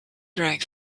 growing